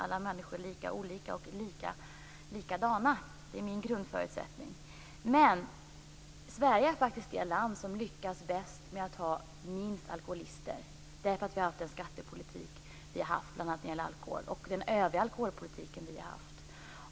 Alla människor är lika olika och lika likadana. Det är min grundförutsättning. Men Sverige är faktiskt det land som lyckats bäst med att ha minst alkoholister, därför att vi har haft den skattepolitik vi har haft bl.a. när det gäller alkohol och på grund av vår övriga alkoholpolitik.